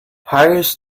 hires